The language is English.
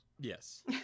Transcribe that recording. Yes